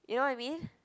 you know what I mean